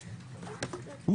הדרוזית?